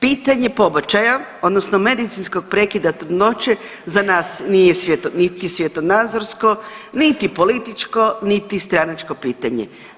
Pitanje pobačaja odnosno medicinskog prekida trudnoće za nas nije niti svjetonazorsko, niti političko, niti stranačko pitanje.